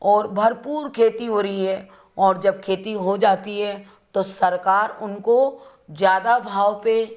और भरपूर खेती हो रही है और जब खेती हो जाती है तो सरकार उनको ज़्यादा भाव पर